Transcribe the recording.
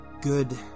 good